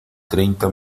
treinta